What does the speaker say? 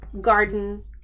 Garden